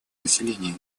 населения